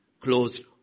closed